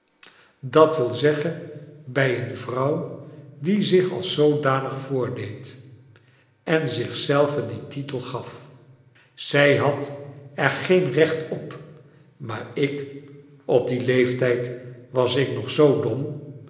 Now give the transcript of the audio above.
u w z bij een vrouw die zich als zoodanig voordeed en zich zelve dien titel gal zij had er geen recht op maar ik op dien leeftijd was ik nog zoo dom